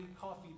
coffee